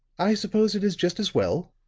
i suppose it is just as well,